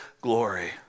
glory